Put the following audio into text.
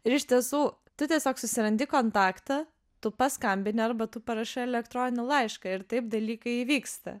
ir iš tiesų tu tiesiog susirandi kontaktą tu paskambini arba tu parašai elektroninį laišką ir taip dalykai įvyksta